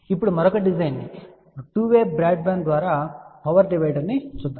ఇప్పుడు మరొక డిజైన్ను 2 వే బ్రాడ్బ్యాండ్ పవర్ డివైడర్ను చూద్దాం